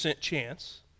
chance